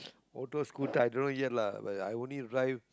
auto scooter i don't know yet lah but I only drive